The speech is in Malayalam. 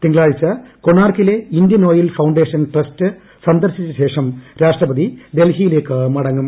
തിങ്കളാഴ്ച കൊണാർക്കിലെ ഇന്ത്യൻ ഓയിൽ ഫൌണ്ടേഷൻ ട്രസ്റ്റ് സന്ദർശിച്ച ശേഷം രാഷ്ട്രപതി ഡൽഹിയിലേക്ക് മടങ്ങും